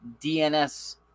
DNS